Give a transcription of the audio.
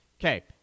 Okay